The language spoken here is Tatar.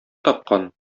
тапкан